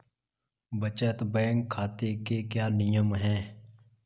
बचत बैंक खाते के क्या क्या नियम हैं?